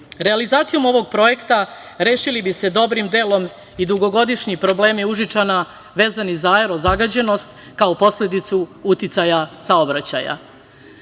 grada. Realizacijom ovog projekta rešili bi se dobrim delom i dugogodišnji problemi Užičana vezani za aero zagađenost kao posledicu uticaja saobraćaja. Želim